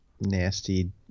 Nasty